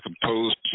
composed